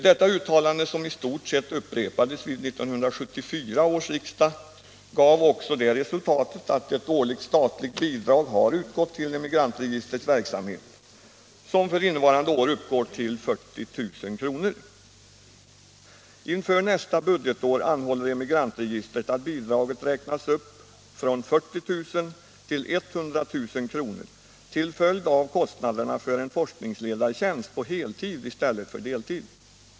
Detta uttalande, som i stort sett upprepades vid 1974 års riksdag, gav också det resultatet att till Emigrantregistrets verksamhet har utgått ett årligt statligt bidrag, som för innevarande år uppgår till 40 000 kr. Inför nästa budgetår anhåller Emigrantregistret att bidraget räknas upp från 40 000 till 100 000 kr. till följd av kostnaderna för en forskningsledartjänst på heltid i stället för deltid.